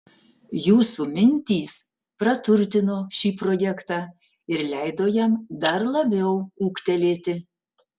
jūsų mintys praturtino šį projektą ir leido jam dar labiau ūgtelėti